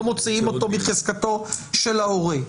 לא מוציאים אותו מחזקתו של ההורה.